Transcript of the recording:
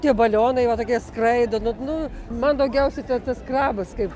tie balionai va tokie skraido nu nu man daugiausiai tai tas krabas kaip